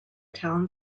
town